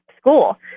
school